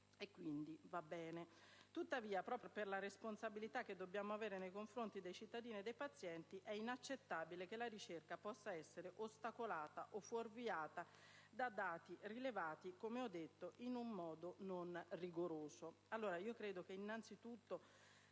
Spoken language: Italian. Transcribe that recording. e, quindi, va bene. Tuttavia, proprio per la responsabilità che dobbiamo avere nei confronti dei cittadini e dei pazienti, è inaccettabile che la ricerca possa essere ostacolata, o fuorviata, da dati rilevati in un modo non rigoroso». Io credo che, innanzitutto,